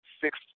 six